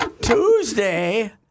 Tuesday